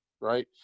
right